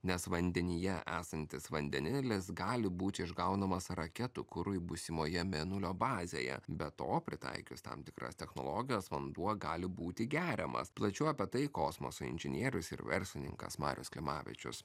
nes vandenyje esantis vandenilis gali būti išgaunamas raketų kurui būsimoje mėnulio bazėje be to pritaikius tam tikras technologijas vanduo gali būti geriamas plačiau apie tai kosmoso inžinierius ir verslininkas marius klimavičius